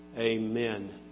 Amen